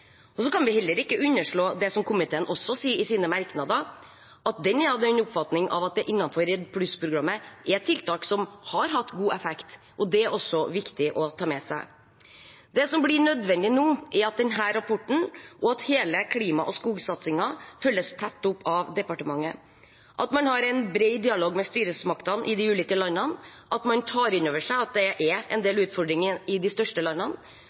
Vi kan heller ikke underslå det som komiteen også sier i sine merknader, at den er av den oppfatning at det innenfor REDD+-programmet er tiltak som har hatt god effekt. Det er også viktig å ta med seg. Det som blir nødvendig nå, er at denne rapporten og hele klima- og skogsatsingen følges tett opp av departementet, at man har en bred dialog med styresmaktene i de ulike landene, at man tar innover seg at det er en del utfordringer i de største landene,